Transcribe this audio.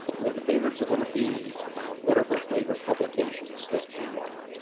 well the favorites are going to be whatever favorite publications that you like.